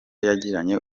yagiranye